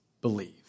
believe